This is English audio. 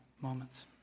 moments